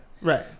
Right